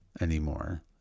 anymore